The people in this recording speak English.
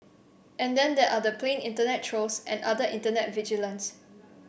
and then there are the plain internet trolls and other internet vigilantes